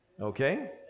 Okay